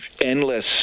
endless